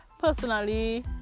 Personally